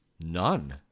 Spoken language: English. None